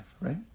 right